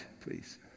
please